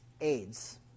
AIDS